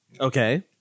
okay